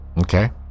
okay